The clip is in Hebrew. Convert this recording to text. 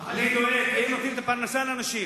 אני דואג, כי הם נותנים את הפרנסה לאנשים.